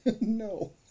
No